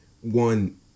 one